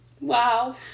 wow